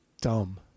dumb